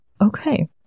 Okay